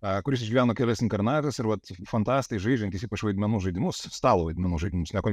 tą kuris išgyveno kelias inkarnates ir vat fantastai žaidžiantys ypač vaidmenų žaidimus stalo vaidmenų žaidimus